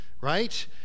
right